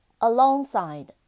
Alongside